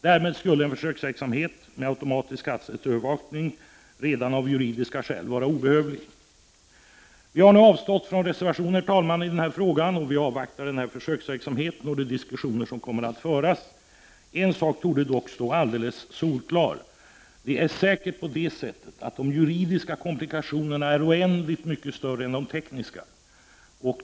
Därmed skulle en försöksverksamhet med automatisk hastighetsövervakning redan av juridiska skäl vara obehövlig. Vi har, herr talman, avstått från reservation i frågan, och vi avvaktar försöksverksamheten och de diskussioner som kommer att föras. En sak torde dock vara alldeles solklar: de juridiska komplikationerna är oändligt mycket större än de tekniska.